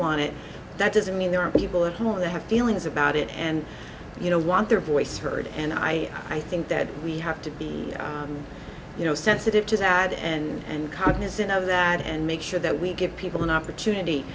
want it that doesn't mean there are people at home they have feelings about it and you know want their voice heard and i i think that we have to be you know sensitive to that and cognizant of that and make sure that we give people an opportunity